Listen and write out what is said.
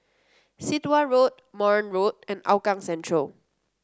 Sit Wah Road Marne Road and Hougang Central